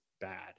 bad